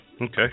Okay